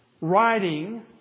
writing